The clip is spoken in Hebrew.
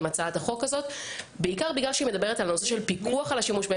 לאזן ולאפשר גמישות.